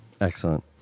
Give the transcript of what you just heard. Excellent